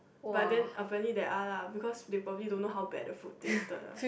but then apparently there are lah because they probably don't know how bad the food tasted lah